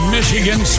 Michigan